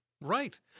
Right